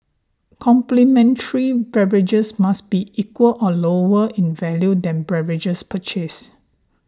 complimentary beverages must be equal or lower in value than beverages purchased